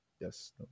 Yes